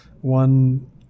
one